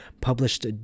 published